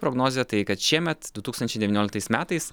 prognozė tai kad šiemet du tūkstančiai devynioliktais metais